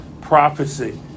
Prophecy